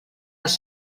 els